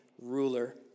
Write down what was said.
Ruler